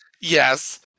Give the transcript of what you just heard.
Yes